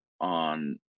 on